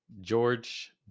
George